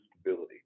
stability